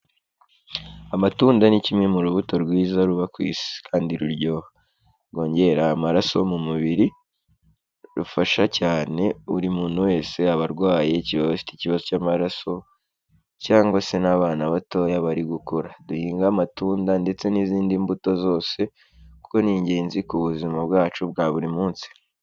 Amatunda ni kimwe mu rubuto rwiza ruba ku Isi kandi ruryoha. Rwongera amaraso mu mubiri, rufasha cyane buri muntu wese, abarwayi igihe baba bafite ikibazo cy'amaraso, cyangwa se n'abana batoya bari gukura. Duhinga amatunda ndetse n'izindi mbuto zose, kuko ni ingenzi ku buzima bwacu bwa buri munsi.